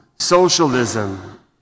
Socialism